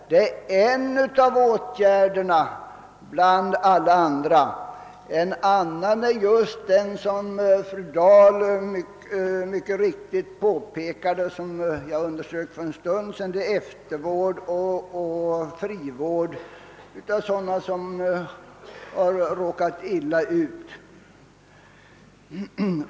Det är en åtgärd bland alla andra. Några av dessa är, såsom fru Dahl mycket riktigt påpekade och såsom jag för en stund sedan underströk, eftervård och frivård för sådana som råkat illa ut.